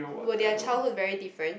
were their childhood very different